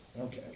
Okay